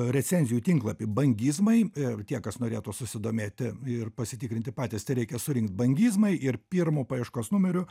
recenzijų tinklapį bangizmai e tie kas norėtų susidomėti ir pasitikrinti patys tereikia surinkt bangizmai ir pirmu paieškos numeriu